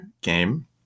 game